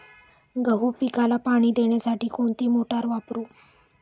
गहू पिकाला पाणी देण्यासाठी कोणती मोटार वापरू?